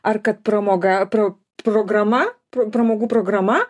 ar kad pramoga pro programa pramogų programa